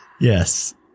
Yes